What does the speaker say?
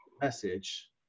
message